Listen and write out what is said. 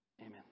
Amen